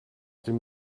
dem